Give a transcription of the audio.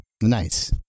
Nice